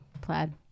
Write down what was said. plaid